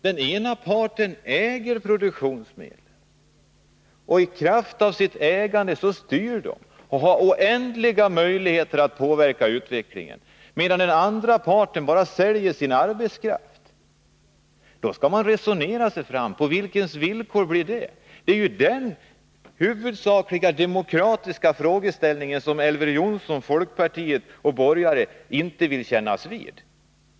Den ena parten äger produktionsmedlen, och i kraft av sitt ägande styr den och har oändliga möjligheter att påverka utvecklingen, medan den andra parten bara säljer sin arbetskraft. Om man då skall resonera sig fram — på vilkas villkor blir det? Detta är den huvudsakliga demokratiska frågeställningen som Elver Jonsson, folkpartiet och borgare i övrigt inte vill kännas vid.